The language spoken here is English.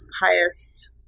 highest